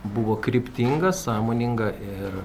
buvo kryptinga sąmoninga ir